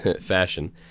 fashion